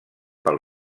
pel